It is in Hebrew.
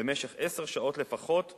במשך עשר שעות לפחות ביום,